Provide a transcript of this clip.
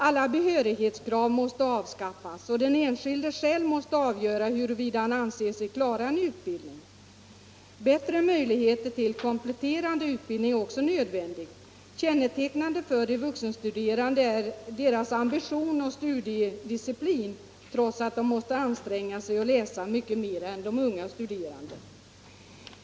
Alla behörighetskrav måste av — m.m. skaffas, och den enskilde måste själv avgöra huruvida han anser sig klara en utbildning. Bättre möjligheter till kompletterande utbildning är också nödvändiga. Kännetecknande för de vuxenstuderande är deras ambition och studiedisciplin, trots att de måste anstränga sig och läsa mycket mer än de unga studerande.